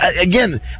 again